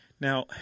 Now